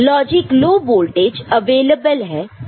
logic low voltage available है